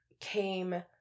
came